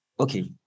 Okay